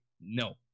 No